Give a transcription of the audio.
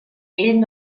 ell